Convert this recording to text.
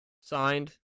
Signed